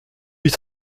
huit